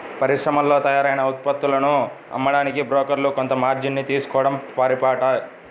పరిశ్రమల్లో తయారైన ఉత్పత్తులను అమ్మడానికి బ్రోకర్లు కొంత మార్జిన్ ని తీసుకోడం పరిపాటి